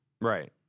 Right